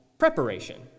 preparation